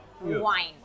Wine